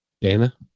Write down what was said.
Dana